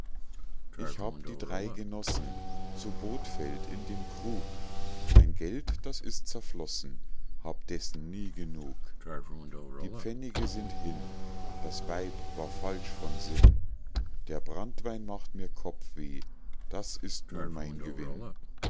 ich hab die drei genossen zu bothfeld in dem krug mein geld das ist zerflossen hab dessen nie genug die pfennige sind hin das weib war falsch von sinn der branntwein macht mir kopfweh das ist nun mein gewinn